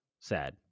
sad